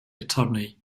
attorney